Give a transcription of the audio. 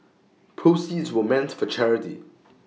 proceeds were meant for charity